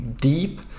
Deep